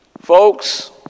Folks